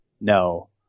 no